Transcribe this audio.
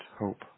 hope